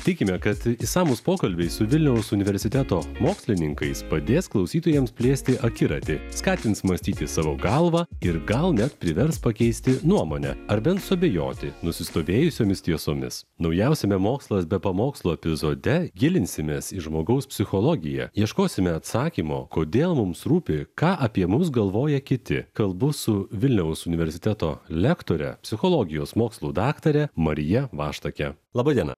tikime kad išsamūs pokalbiai su vilniaus universiteto mokslininkais padės klausytojams plėsti akiratį skatins mąstyti savo galva ir gal net privers pakeisti nuomonę ar bent suabejoti nusistovėjusiomis tiesomis naujausiame mokslas be pamokslų epizode gilinsimės į žmogaus psichologiją ieškosime atsakymo kodėl mums rūpi ką apie mus galvoja kiti kalbu su vilniaus universiteto lektorė psichologijos mokslų daktarė marija vaštake laba diena